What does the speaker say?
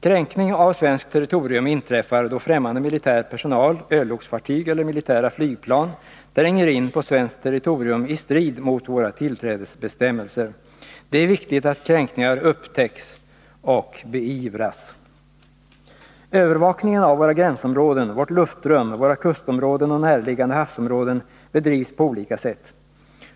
Kränkning av svenskt territorium inträffar då främmande militär personal, örlogsfartyg eller militära flygplan tränger in på svenskt territorium i strid mot våra tillträdesbestämmelser. Det är viktigt att kränkningar upptäcks och Nr 26 beivras. Fredagen den Övervakningen av våra gränsområden, vårt luftrum, våra kustområden 13 november 1981 och närliggande havsområden bedrivs på olika sätt.